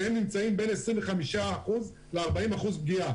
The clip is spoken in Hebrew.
והם נמצאים בין 25% ל-40% פגיעה.